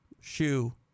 shoe